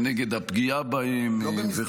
-- ונגד הפגיעה בהם.